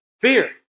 fear